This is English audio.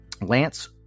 Lance